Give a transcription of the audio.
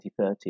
2030